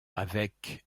avec